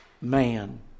man